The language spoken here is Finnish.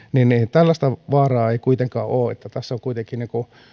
tällaista vaaraa ei kuitenkaan ole ole tässä on kuitenkin